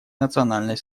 национальной